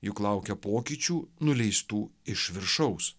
juk laukia pokyčių nuleistų iš viršaus